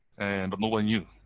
and nobody knew.